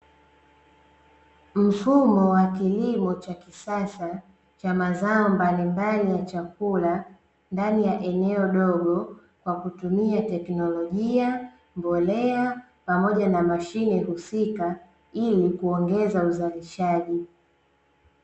Mfumo wa kilimo cha kisasa cha mazao mbalimbali ya chakula ndani ya eneo dogo kwa kutumia tekinolojia, mbolea, pamoja na mashine husikaa ili kuongeza uzalishaji.